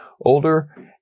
older